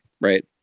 Right